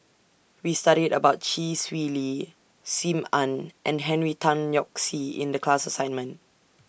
We studied about Chee Swee Lee SIM Ann and Henry Tan Yoke See in The class assignment